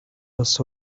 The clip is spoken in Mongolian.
бас